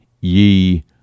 ye